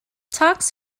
talks